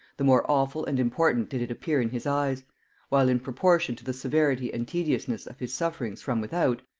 the more awful and important did it appear in his eyes while in proportion to the severity and tediousness of his sufferings from without,